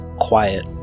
quiet